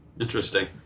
Interesting